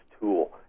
tool